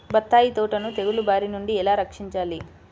బత్తాయి తోటను తెగులు బారి నుండి ఎలా రక్షించాలి?